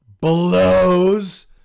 blows